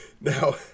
Now